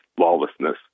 lawlessness